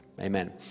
amen